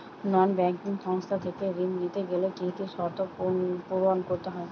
নন banking সংস্থা থেকে ঋণ নিতে গেলে কি কি শর্ত পূরণ করতে হয়?